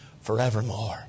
forevermore